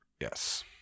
Yes